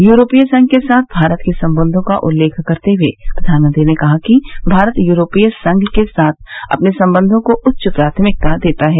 यूरोपीय संघ के साथ भारत के संबंधों का उल्लेख करते हुए प्रधानमंत्री ने कहा कि भारत यूरोपीय संघ के साथ अपने संबंधों को उच्च प्राथमिकता देता है